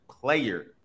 player